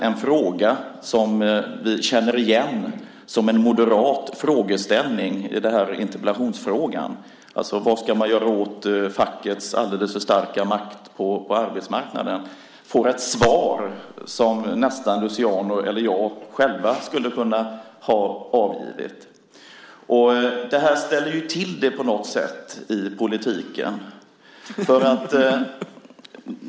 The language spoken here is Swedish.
En fråga som vi känner igen som en moderat frågeställning i interpellationen - vad man ska göra åt fackets alldeles för starka makt på arbetsmarknaden - får ett svar som Luciano eller jag själv nästan skulle kunna ha avgivit. Det här ställer på något sätt till det i politiken.